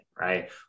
Right